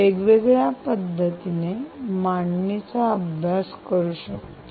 वेगवेगळ्या पद्धतीने मांडणीचा अभ्यास करू शकतो